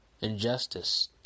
Injustice